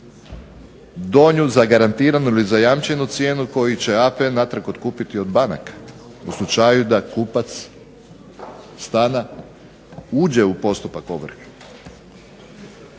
donju zagarantiranu ili zajamčenu cijenu koju će APN natrag otkupiti od banaka u slučaju da kupac stana uđe u postupak ovrhe.